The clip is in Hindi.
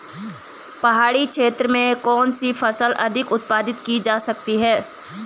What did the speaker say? पहाड़ी क्षेत्र में कौन सी फसल अधिक उत्पादित की जा सकती है?